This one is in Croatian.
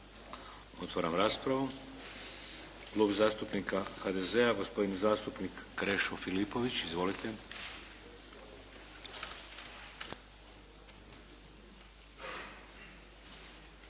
Otvaram raspravu. Klub zastupnika HDZ-a, gospodin zastupnik Krešo Filipović. Izvolite.